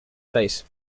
face